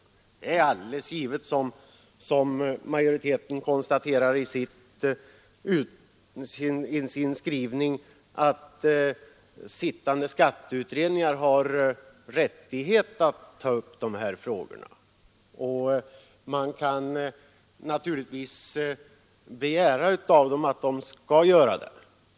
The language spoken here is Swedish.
Det är alldeles givet, som majoriteten anför i sin skrivning, att sittande skatteutredningar har rättighet att ta upp de här frågorna, och man kan naturligtvis begära av dem att de skall göra det.